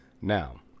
Now